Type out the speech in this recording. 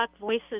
voices